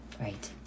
Right